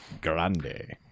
Grande